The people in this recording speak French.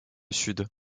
sud